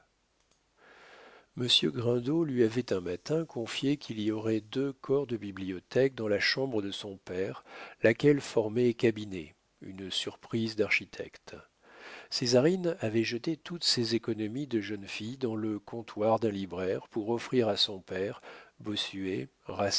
monsieur grindot lui avait un matin confié qu'il y aurait deux corps de bibliothèque dans la chambre de son père laquelle formait cabinet une surprise d'architecte césarine avait jeté toutes ses économies de jeune fille dans le comptoir d'un libraire pour offrir à son père